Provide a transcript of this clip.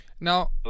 Now